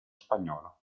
spagnolo